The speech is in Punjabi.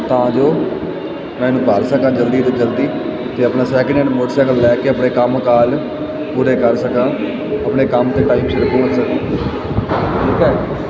ਤਾਂ ਜੋ ਮੈਂ ਇਹਨੂੰ ਭਰ ਸਕਾਂ ਜਲਦੀ ਤੋਂ ਜਲਦੀ ਅਤੇ ਆਪਣਾ ਸੈਕਿੰਡ ਹੈਂਡ ਮੋਟਰਸਾਈਕਲ ਲੈ ਕੇ ਆਪਣੇ ਕੰਮ ਕਾਰ ਪੂਰੇ ਕਰ ਸਕਾਂ ਆਪਣੇ ਕੰਮ 'ਤੇ ਟਾਈਮ ਸਿਰ ਪਹੁੰਚ ਸਕ